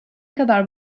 kadar